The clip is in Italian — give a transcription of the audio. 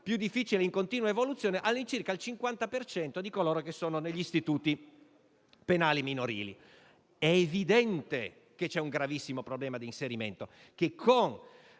più difficili e in continua evoluzione, all'incirca il 50 per cento di coloro che sono negli istituti penali minorili. È evidente che c'è un gravissimo problema di inserimento e che, con